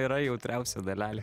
yra jautriausia dalelė